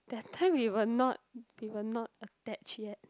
that time we were not we were not attached yet